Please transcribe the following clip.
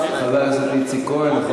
חבר הכנסת איציק כהן.